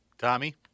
Tommy